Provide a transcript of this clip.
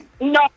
No